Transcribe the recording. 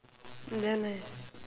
damn nice